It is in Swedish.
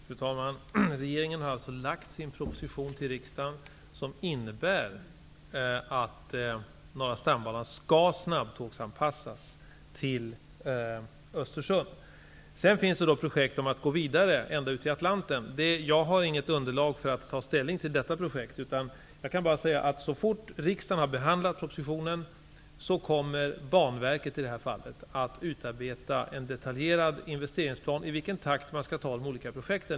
Fru talman! Regeringen har alltså lagt fram en proposition inför riksdagen av innebörden att Norra stambanan skall snabbtågsanpassas på sträckan upp till Östersund. Sedan finns det projekt om att gå vidare, ända ut till Atlanten. Jag har inte något underlag och kan därför inte ta ställning till det projektet, utan jag kan bara säga att Banverket -- som det i detta fall är fråga om -- så fort riksdagen har behandlat propositionen kommer att utarbeta en detaljerad investeringsplan för i vilken takt de olika projekten skall tas.